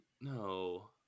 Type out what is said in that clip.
no